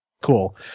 cool